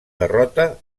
derrota